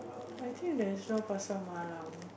I think they sell Pasar Malam